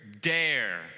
dare